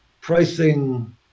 pricing